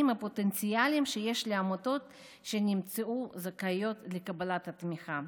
הפוטנציאליים שיש לעמותות שנמצאו זכאיות לקבלת התמיכה.